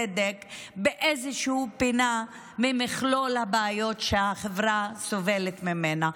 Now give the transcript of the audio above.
צדק באיזושהי פינה ממכלול הבעיות שהחברה סובלת ממנה.